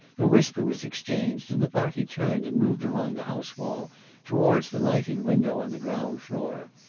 a whisper was exchanged, and the party turned and moved along the house wall towards the lighted window on the ground floor.